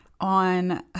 on